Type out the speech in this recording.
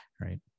right